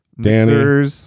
Danny